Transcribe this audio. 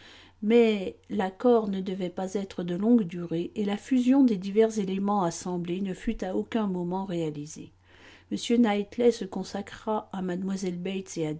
mais l'accord ne devait pas être de longue durée et la fusion des divers éléments assemblés ne fut à aucun moment réalisée m knightley se consacra à